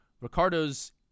Ricardo's